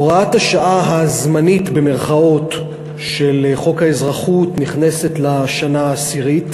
הוראת השעה "הזמנית" של חוק האזרחות נכנסת לשנה העשירית.